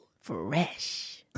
fresh